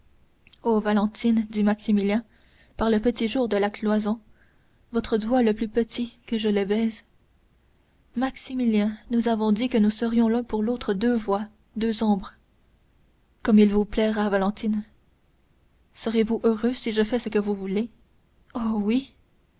valentine dit maximilien par le petit jour de la cloison votre doigt le plus petit que je le baise maximilien nous avions dit que nous serions l'un pour l'autre deux voix deux ombres comme il vous plaira valentine serez-vous heureux si je fais ce que vous voulez oh oui